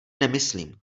nemyslím